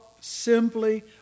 simply